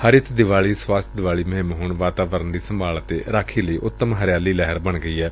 ਹਰਿਤ ਦੀਵਾਲੀ ਸਵਾਸਥ ਦੀਵਾਲੀ ਮੁਹਿੰਮ ਹੁਣ ਵਾਤਾਵਰਣ ਦੀ ਸੰਭਾਲ ਅਤੇ ਰਾਖੀ ਲਈ ਉਤਮ ਹਰਿਆਲੀ ਲਹਿਰ ਬਣ ਗਈ ਏ